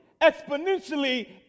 exponentially